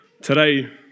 today